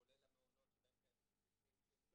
כולל המעונות שבהם קיימים שיפוצים,